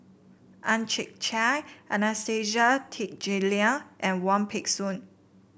Ang Chwee Chai Anastasia Tjendri Liew and Wong Peng Soon